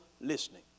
listening